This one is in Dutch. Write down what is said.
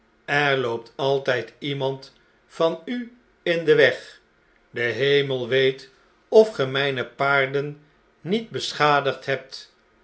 er loopt altyd iemand van u in den weg i de hemel weet of ge mjjne paarden niet beschadigd hebt